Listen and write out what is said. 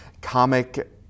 comic